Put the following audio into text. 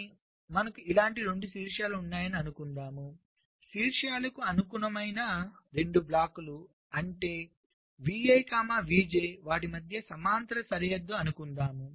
కానీ మనకు ఇలాంటి 2 శీర్షాలు ఉన్నాయని అనుకుందాం శీర్షాలకు అనుగుణమైన 2 బ్లాక్లు అంటే vi vj వాటి మధ్య సమాంతర సరిహద్దుగా అనుకుందాం